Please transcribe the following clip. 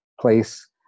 place